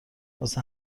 واسه